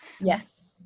Yes